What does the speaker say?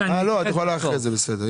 אה, לא, את יכולה אחרי זה, בסדר.